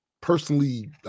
personally